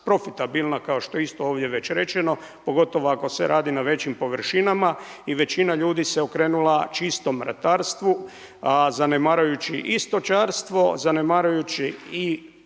profitabilna kao što je isto ovdje već rečeno, pogotovo ako se radi na većim površinama i većina ljudi se okrenula čistom ratarstvu, a zanemarujući i stočarstvo zanemarujući i